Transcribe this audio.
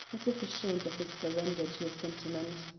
as if ashamed of his surrender to a sentiment.